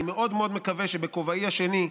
אני מאוד מאוד מקווה שבכובעי השני,